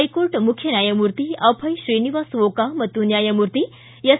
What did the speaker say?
High Court ಮುಖ್ಯ ನ್ವಾಯಮೂರ್ತಿ ಅಭಯ ಶ್ರೀನಿವಾಸ ಓಕಾ ಮತ್ತು ನ್ವಾಯಮೂರ್ತಿ ಎಸ್